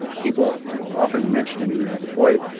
people often mention to me you know the boy.